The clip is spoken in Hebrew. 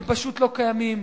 הם פשוט לא קיימים.